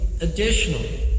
additional